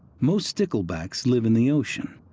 most sticklebacks live in the ocean,